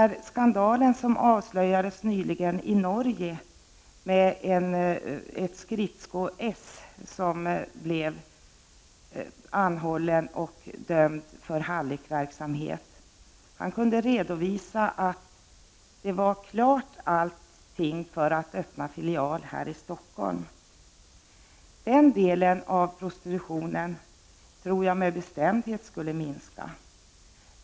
I Norge avslöjades nyligen en skandal där en skridskostjärna var inblandad, som senare blev dömd för hallickverksamhet. Skridskostjärnan kunde redovisa att allt var klart för att öppna filial här i Stockholm. Jag tror med bestämdhet att den sortens prostitution skulle minska.